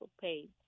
page